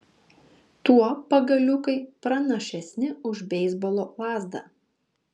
tuo pagaliukai pranašesni už beisbolo lazdą